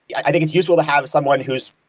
i think it's useful to have someone who's